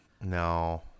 No